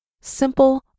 simple